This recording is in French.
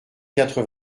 quatre